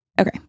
Okay